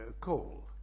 coal